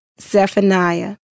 Zephaniah